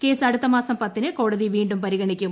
case അടുത്തമാസം പത്തിന് കോടതി വീണ്ടും പരിഗണിക്കും